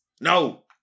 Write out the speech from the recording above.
No